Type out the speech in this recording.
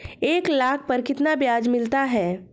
एक लाख पर कितना ब्याज मिलता है?